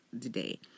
today